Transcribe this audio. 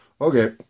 Okay